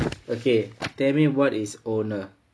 okay tell me what is owner